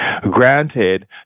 granted